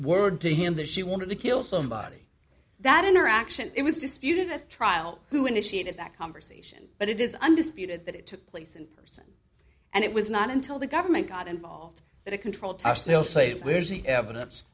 word to him that she wanted to kill somebody that interaction it was disputed at trial who initiated that conversation but it is undisputed that it took place in person and it was not until the government got involved that a controlled test will place where's the evidence